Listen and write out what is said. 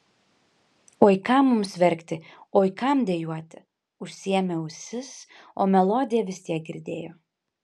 oi kam mums verkti oi kam dejuoti užsiėmė ausis o melodiją vis tiek girdėjo